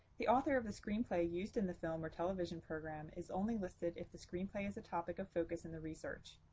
the author of the screenplay used in the film or television program is only listed if the screenplay is a topic of focus in the research.